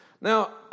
Now